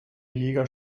jäger